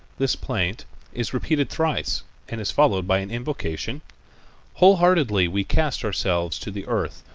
this plaint is repeated thrice and is followed by an invocation wholeheartedly we cast ourselves to the earth,